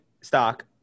stock